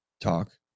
talk